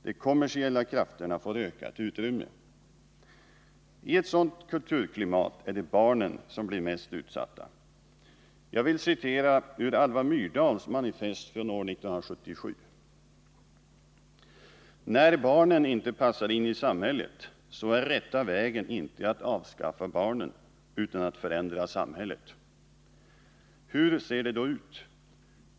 De kommersiella krafterna får ökat utrymme. I ett sådant kulturklimat är det barnen som blir mest utsatta. Jag vill citera ur Alva Myrdals manifest från år 1977: ”När barnen inte passar in i samhället så är rätta vägen inte att avskaffa barnen utan att förändra samhället. Hur ser det då ut?